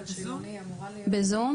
בזום?